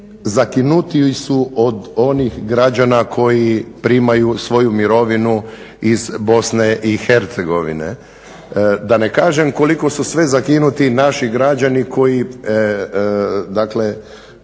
zakinutiji su od onih građana koji primaju svoju mirovinu iz BiH, da ne kažem koliko su sve zakinuti naši građani koji